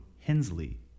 HENSLEY